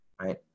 Right